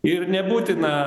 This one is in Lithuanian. ir nebūtina